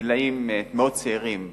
בקרב גילאים מאוד צעירים לומר,